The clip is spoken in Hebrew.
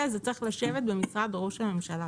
אלא זה צריך לשבת במשרד ראש הממשלה